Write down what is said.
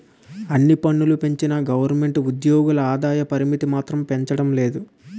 అన్ని పన్నులూ పెంచిన గవరమెంటు ఉజ్జోగుల ఆదాయ పరిమితి మాత్రం పెంచడం లేదు